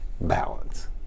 balance